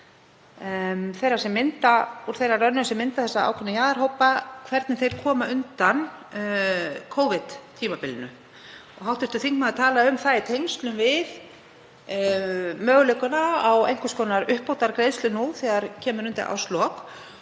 mynda þessa ákveðnu jaðarhópa, hvernig þeir koma undan Covid-tímabilinu. Hv. þingmaður talaði um það í tengslum við möguleikana á einhvers konar uppbótargreiðslu nú þegar kemur undir árslok.